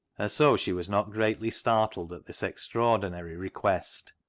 and so she was not greatly startled at this extraordinary request.